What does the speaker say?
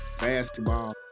basketball